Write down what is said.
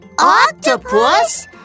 Octopus